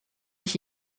ich